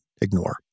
ignore